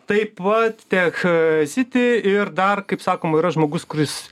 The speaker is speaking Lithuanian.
taip pat tech a siti ir dar kaip sakoma yra žmogus kuris